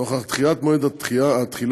נוכח דחיית מועד התחילה,